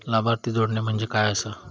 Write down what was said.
लाभार्थी जोडणे म्हणजे काय आसा?